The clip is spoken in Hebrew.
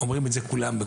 אומרים את זה כולם.